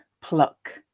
pluck